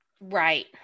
Right